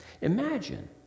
Imagine